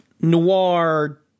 noir